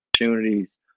opportunities